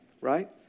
right